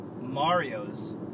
Mario's